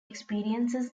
experiences